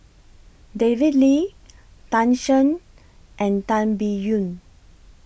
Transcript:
David Lee Tan Shen and Tan Biyun